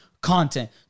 content